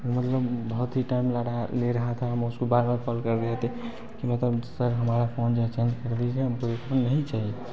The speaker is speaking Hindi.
मतलब बहुत ही टाइम लगा ले रहा था हम उसको बार बार कॉल कर रहे थे कि मतलब सर हमारा फ़ोन जो है चेंज कर दीजिए हमको इसको नहीं चाहिए